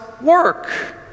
work